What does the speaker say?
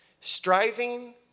Striving